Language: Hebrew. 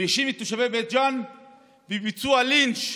הוא האשים את תושבי בית ג'ן בביצוע לינץ'